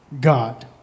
God